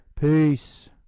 Peace